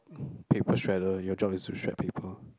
paper shredder your job is to shred paper